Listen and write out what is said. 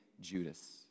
Judas